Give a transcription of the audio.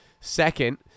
Second